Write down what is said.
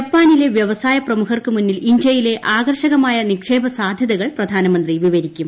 ജപ്പാനിലെ വ്യവസായ പ്രമുഖർക്ക് മുന്നിൽ ഇന്ത്യയിലെ ആകർഷകമായ നിക്ഷേപ സാധ്യതകൾ പ്രധാനമന്ത്രി വിവരിക്കും